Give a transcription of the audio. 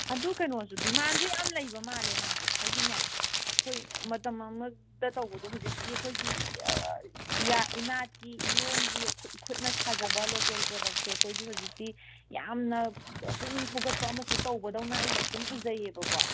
ꯑꯗꯨ ꯀꯩꯅꯣꯖꯨ ꯗꯤꯃꯥꯟꯖꯨ ꯌꯥꯝ ꯂꯩꯕ ꯃꯥꯜꯂꯦ ꯃꯥꯖꯦ ꯍꯥꯏꯗꯤꯅꯦ ꯑꯩꯈꯣꯏ ꯃꯇꯝ ꯑꯃꯗ ꯇꯧꯕꯗꯣ ꯍꯧꯖꯤꯛꯇꯤ ꯑꯩꯈꯣꯏꯒꯤ ꯏꯅꯥꯠꯀꯤ ꯏꯌꯣꯝꯒꯤ ꯏꯈꯨꯠꯅ ꯁꯥꯖꯕ ꯂꯣꯀꯦꯜ ꯄ꯭ꯔꯗꯛꯁꯦ ꯑꯩꯈꯣꯏꯗꯤ ꯍꯧꯖꯤꯛꯇꯤ ꯌꯥꯝꯅ ꯄꯨꯛꯅꯤꯡ ꯊꯧꯒꯠꯄ ꯑꯃꯁꯨ ꯇꯧꯕꯗꯧꯅ ꯑꯩ ꯁꯨꯝ ꯎꯖꯩꯌꯦꯕꯀꯣ